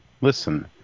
listen